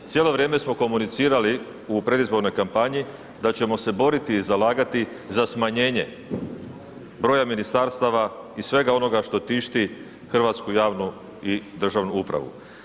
Cijelo vrijeme smo komunicirali u predizbornoj kampanji da ćemo se boriti i zalagati za smanjenje broja ministarstava i svega onoga što tišti hrvatsku javnu i državnu upravu.